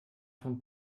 von